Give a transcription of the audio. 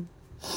mm